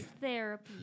therapy